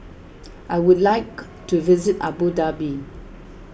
I would like to visit Abu Dhabi